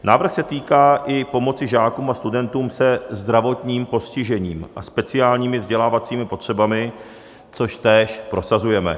Návrh se týká i pomoci žákům a studentům se zdravotním postižením a speciálními vzdělávacími potřebami, což též prosazujeme.